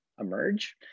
emerge